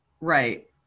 Right